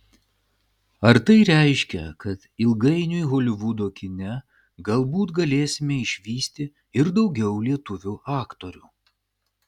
ar tai reiškia kad ilgainiui holivudo kine galbūt galėsime išvysti ir daugiau lietuvių aktorių